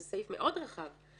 זה סעיף רחב מאוד.